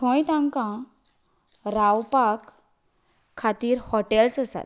थंय तांका रावपा खातीर हॉटेल्स आसात